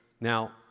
Now